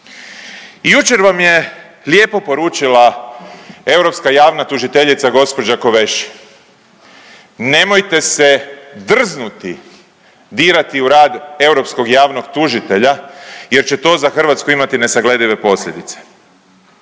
Jučer vam je lijepo poručila europska javna tužiteljica gospođa Kövesi nemojte se drznuti dirati u rad europskog javnog tužitelja jer će to za Hrvatsku imati nesagledive posljedice.